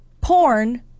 Porn